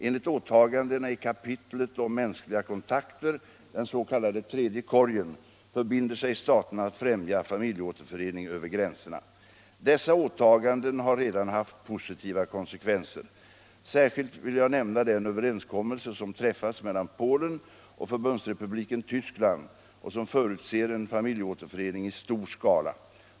Enligt åtagandena i kapitlet om mänskliga kontakter, den s.k. tredje korgen, förbinder sig staterna att främja familjeåterförening över gränserna. Dessa åtagande har redan haft positiva konsekvenser. Särskilt vill jag nämna den överenskommelse som träffats mellan Polen och Förbundsrepubliken Tyskland och som förutser en familjeåterförening i stor skala.